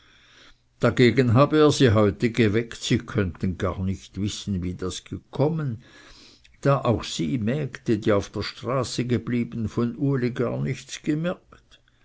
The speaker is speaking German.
dagegen habe er sie heute geweckt sie könnten gar nicht wissen wie das gekommen da auch sie mägde die auf der straße geblieben von uli gar nichts gemerkt